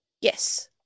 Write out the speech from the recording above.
yes